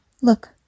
Look